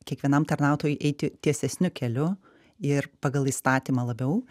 kiekvienam tarnautojui eiti tiesesniu keliu ir pagal įstatymą labiau